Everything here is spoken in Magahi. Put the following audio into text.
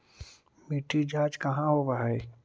मिट्टी जाँच कहाँ होव है?